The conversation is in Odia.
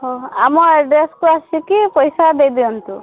ହଁ ହଁ ଆମ ଆଡ଼୍ରେସ୍କୁ ଆସିକି ପଇସା ଦେଇଦିଅନ୍ତୁ